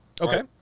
Okay